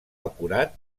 acurat